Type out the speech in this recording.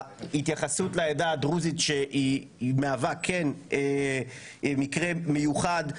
שנית, ההתייחסות לעדה הדרוזית, שהיא מקרה מיוחד.